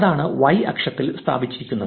അതാണ് y ആക്സിസിൽ സ്ഥാപിച്ചിരിക്കുന്നത്